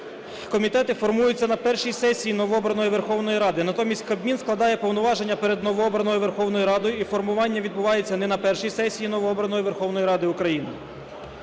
комітети формуються на першій сесії новообраної Верховної Ради, а, натомість, Кабмін складає повноваження перед новообраною Верховною Радою, і формування відбувається не на першій сесії новобраної Верховної Ради України.